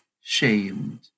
shamed